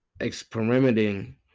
experimenting